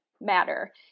matter